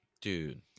Dude